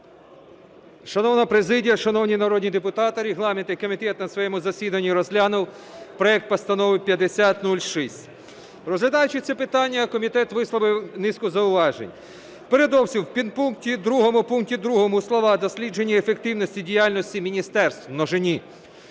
Шановна президія, шановні народні депутати! Регламентний комітет на своєму засіданні розглянув проект Постанови 5006. Розглядаючи це питання комітет висловив низку зауважень. Передовсім у підпункті 2 пункті 2 слова "дослідження ефективності діяльності міністерств (у множині)